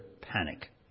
panic